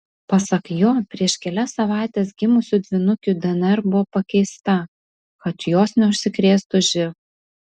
pasak jo prieš kelias savaites gimusių dvynukių dnr buvo pakeista kad jos neužsikrėstų živ